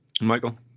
Michael